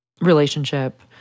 relationship